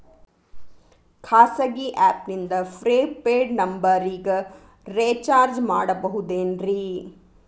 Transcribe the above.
ಖಾಸಗಿ ಆ್ಯಪ್ ನಿಂದ prepaid ನಂಬರಿಗ ರೇಚಾರ್ಜ್ ಮಾಡಬಹುದೇನ್ರಿ?